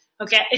Okay